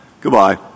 Goodbye